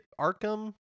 Arkham